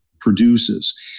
produces